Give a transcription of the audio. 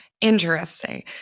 Interesting